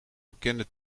bekende